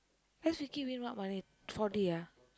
S Vicky win what money 4D ah